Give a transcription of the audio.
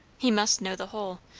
he must know the whole.